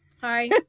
Hi